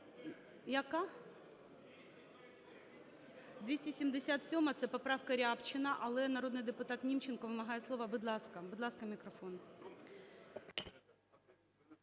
Яка? 277-а – це поправка Рябчина, але народний депутат Німченко вимагає слова. Будь ласка, будь